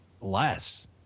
less